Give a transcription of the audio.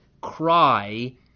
cry